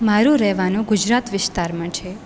મારું રહેવાનું ગુજરાત વિસ્તારમાં છે